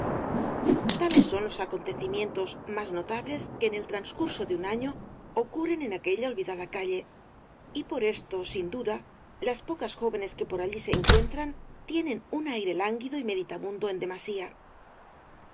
tales son los acontecimientos más notables que en el transcurso de un año ocurren en aquella olvidada calle y por esto sin duda las pocas jóvenes que por allí se encuentran tienen un aire lánguido y meditabundo en demasía